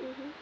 mmhmm